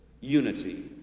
unity